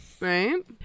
Right